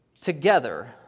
together